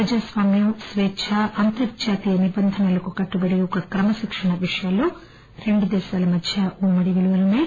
ప్రజాస్వామ్యం స్వేద్భా అంతర్జాతీయ నిబంధనలకు కట్టుబడే ఒక క్రమశిక్షణ విషయాల్లో రెండు దేశాల మధ్య ఉమ్మడి విలువలు ఉన్నాయి